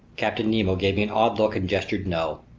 captain nemo gave me an odd look and gestured no.